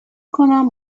کنم